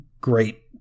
great